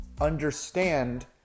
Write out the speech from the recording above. understand